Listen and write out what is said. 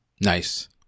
nice